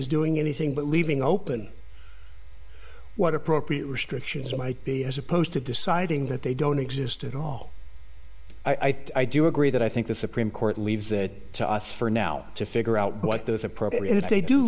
is doing anything but leaving open what appropriate restrictions might be as opposed to deciding that they don't exist at all i think i do agree that i think the supreme court leaves that to us for now to figure out what the appropriate if they do